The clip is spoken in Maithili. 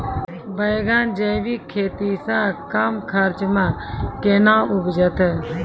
बैंगन जैविक खेती से कम खर्च मे कैना उपजते?